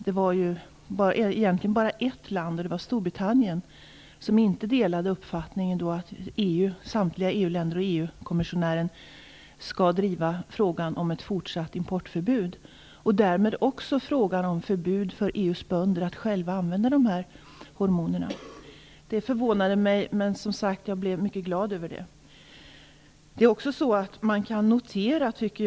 Det var egentligen bara ett land - det var Storbritannien - som inte delade uppfattningen att samtliga EU länder och EU-kommissionären skall driva frågan om ett fortsatt importförbud och därmed också frågan om förbud för EU:s bönder att själva använda dessa hormoner. Det förvånade mig, men jag blev som sagt var mycket glad över det.